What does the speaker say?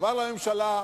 ולומר לממשלה: